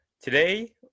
today